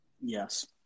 Yes